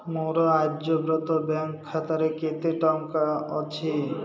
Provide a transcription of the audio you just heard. ମୋର Aryavart bank bank ଖାତାରେ କେତେ ଟଙ୍କା ଅଛି